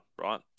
right